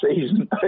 season